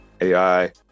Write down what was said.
AI